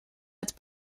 het